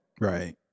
Right